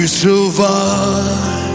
survive